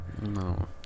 No